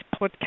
podcast